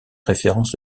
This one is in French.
référence